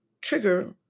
trigger